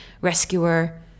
rescuer